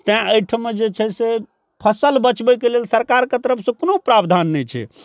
तैं एहिठमा जे छै से फसल बचबैके लेल सरकारके तरफसँ कोनो प्राबधान नहि छै